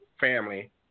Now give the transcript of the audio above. family